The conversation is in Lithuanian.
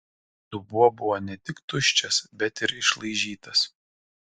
dubuo buvo ne tik tuščias bet ir išlaižytas